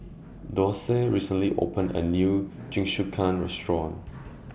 Dorsey recently opened A New Jingisukan Restaurant